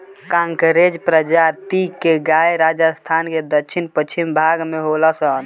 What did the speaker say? कांकरेज प्रजाति के गाय राजस्थान के दक्षिण पश्चिम भाग में होली सन